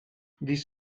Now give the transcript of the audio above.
these